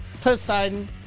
Poseidon